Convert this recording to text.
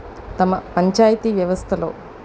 తమ పంచాయతీ వ్యవస్థలో